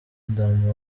adam